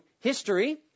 history